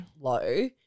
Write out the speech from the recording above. Low